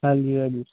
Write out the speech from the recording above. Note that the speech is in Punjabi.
ਹਾਂਜੀ ਹਾਂਜੀ